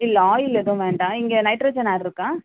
இல்லை ஆயில் எதுவும் வேண்டாம் இங்கே நைட்ரஜன் ஏர் இருக்கா